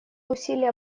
усилия